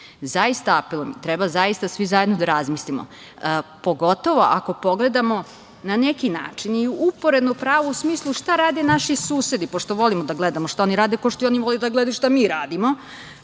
Zaista apelujem i treba zaista svi zajedno da razmislimo, pogotovo ako pogledamo na neki način i uporedno pravo u smislu šta rade naši susedi, pošto volimo da gledamo šta oni rade, kao što oni vole da gledaju šta mi radimo.